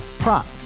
Prop